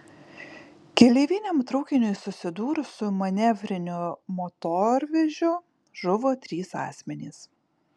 keleiviniam traukiniui susidūrus su manevriniu motorvežiu žuvo trys asmenys